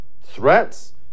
Threats